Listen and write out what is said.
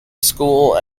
school